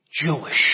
Jewish